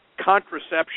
contraception